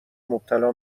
مبتلا